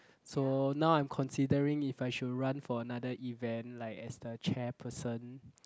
so now I'm considering if I should run for another event like as the chair person